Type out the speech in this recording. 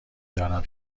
دارم